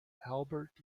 albert